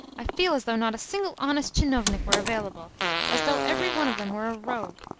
i feel as though not a single honest tchinovnik were available as though every one of them were a rogue.